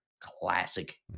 classic